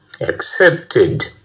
accepted